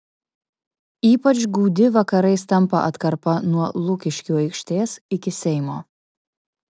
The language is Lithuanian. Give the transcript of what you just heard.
ypač gūdi vakarais tampa atkarpa nuo lukiškių aikštės iki seimo